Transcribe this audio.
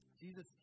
Jesus